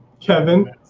Kevin